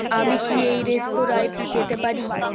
আমি কি এই রেস্তোরাঁয় যেতে পারি